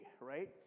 right